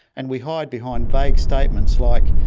and we hide behind vague statements like,